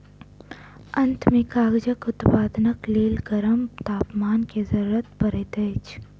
अंत में कागजक उत्पादनक लेल गरम तापमान के जरूरत पड़ैत अछि